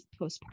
postpartum